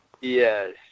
Yes